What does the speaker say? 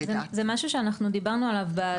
לכמה ימים אנחנו מאפשרים את המימון.